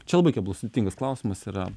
čia labai keblus sudėtingas klausimas yra